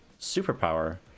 superpower